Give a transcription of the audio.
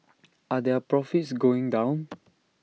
are their profits going down